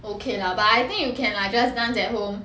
okay lah but I think you can like just dance at home